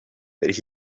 that